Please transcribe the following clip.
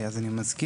אז אני מזכיר,